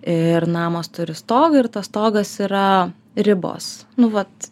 ir namas turi stogą ir tas stogas yra ribos nu vat